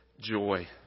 joy